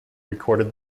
recorded